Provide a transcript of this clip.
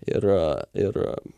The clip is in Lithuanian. ir ir